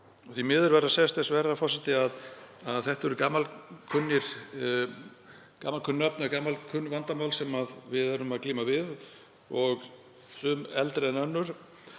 Því miður verður að segjast eins og er, herra forseti, að þetta eru gamalkunnug nöfn, gamalkunn vandamál sem við erum að glíma við og sum eldri en önnur.